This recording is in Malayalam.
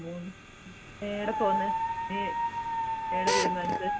മൂന്ന് ഏട പോകുന്നു നീ ഏട തീരുമാനിച്ചത്